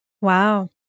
Wow